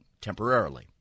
temporarily